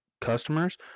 customers